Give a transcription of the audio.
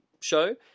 show